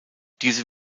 diese